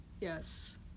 Yes